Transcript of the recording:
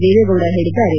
ದೇವೇಗೌಡ ಹೇಳಿದ್ದಾರೆ